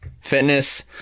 fitness